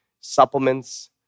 supplements